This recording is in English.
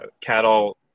Cattle